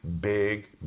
big